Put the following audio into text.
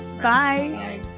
Bye